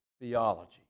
theology